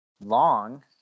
long